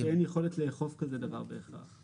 העניין הוא שאין בהכרח יכולת לאכוף דבר הזה.